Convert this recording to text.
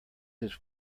his